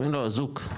לא, זוג,